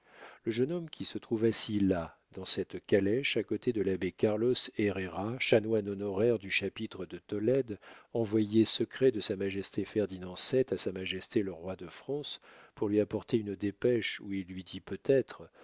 le jeune homme qui se trouve assis là dans cette calèche à côté de l'abbé carlos herrera chanoine honoraire du chapitre de tolède envoyé secret de sa majesté ferdinand vii à sa majesté le roi de france pour lui apporter une dépêche où il lui dit peut-être